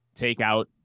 takeout